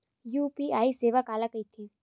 UPI सेवा काला कइथे?